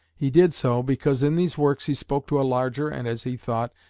he did so, because in these works he spoke to a larger and, as he thought,